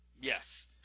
Yes